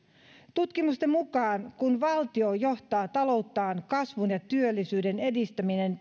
tutkimusten mukaan kun valtio johtaa talouttaan tärkeimpänä tavoitteenaan kasvun ja työllisyyden edistäminen